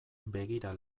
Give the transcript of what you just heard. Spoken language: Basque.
begira